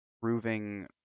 proving